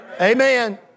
Amen